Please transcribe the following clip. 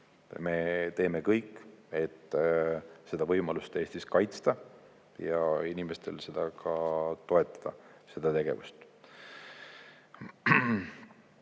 me teeme kõik, et seda võimalust Eestis kaitsta ja inimestel seda tegevust